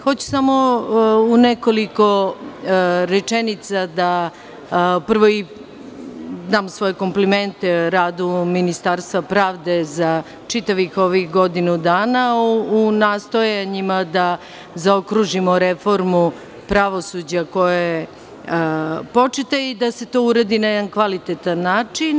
Hoću samo u nekoliko rečenica da dam svoje komplimente radu ovog ministarstva pravde za čitavih ovih godinu dana, u nastojanjima da zaokružimo reformu pravosuđa koja je početa i da se to uradi na jedan kvalitetan način.